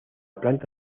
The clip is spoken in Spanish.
planta